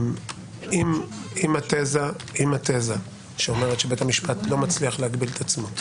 אם התזה שאומרת שבית המשפט לא מצליח להגביל את עצמו,